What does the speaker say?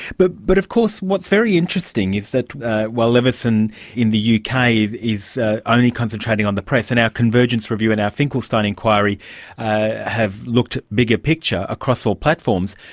but but of course, what's very interesting is that while leveson in the uk kind of is only concentrating on the press and our convergence review and our finkelstein inquiry have looked at bigger picture, across all platforms,